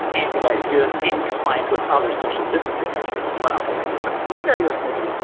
and we want to do that in compliance with other social distancing measures as well right now, you're thinking,